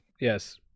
yes